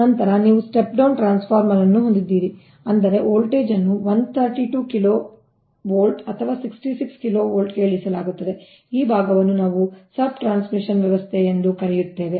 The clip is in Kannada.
ನಂತರ ನೀವು ಸ್ಟೆಪ್ ಡೌನ್ ಟ್ರಾನ್ಸ್ಫಾರ್ಮರ್ ಅನ್ನು ಹೊಂದಿದ್ದೀರಿ ಅಂದರೆ ವೋಲ್ಟೇಜ್ ಅನ್ನು 132 kV ಅಥವಾ 66 kV ಗೆ ಇಳಿಸಲಾಗುತ್ತದೆ ಈ ಭಾಗವನ್ನು ನಾವು ಸಬ್ ಟ್ರಾನ್ಸ್ಮಿಷನ್ ವ್ಯವಸ್ಥೆ ಎಂದು ಕರೆಯುತ್ತೇವೆ